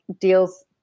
deals